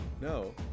no